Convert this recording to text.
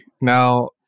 now